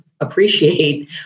appreciate